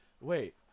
Wait